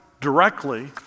directly